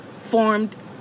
formed